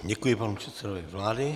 Děkuji panu předsedovi vlády.